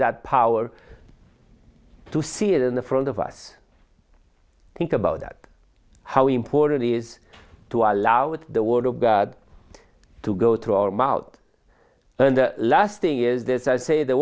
that power to see it in the front of us think about that how important is to allow is the word of god to go through our mouth and the last thing is this i say the